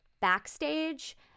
Backstage